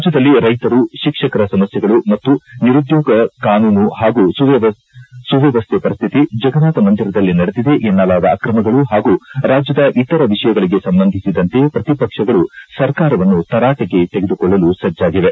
ರಾಜ್ಯದಲ್ಲಿ ರೈತರು ಶಿಕ್ಷಕರ ಸಮಸ್ಥೆಗಳು ಮತ್ತು ನಿರುದ್ಯೋಗ ಕಾನೂನು ಹಾಗೂ ಸುವ್ಯವಸ್ಥೆ ಪರಿಸ್ಥಿತಿ ಜಗನ್ನಾಥ ಮಂದಿರದಲ್ಲಿ ನಡೆದಿದೆ ಎನ್ನಲಾದ ಅಕ್ರಮಗಳು ಹಾಗೂ ರಾಜ್ಯದ ಇತರ ವಿಷಯಗಳಿಗೆ ಸಂಬಂಧಿಸಿದಂತೆ ಪ್ರತಿಪಕ್ಷಗಳು ಸರ್ಕಾರವನ್ನು ತರಾಟೆಗೆ ತೆಗೆದುಕೊಳ್ಳಲು ಸಜ್ಜಾಗಿವೆ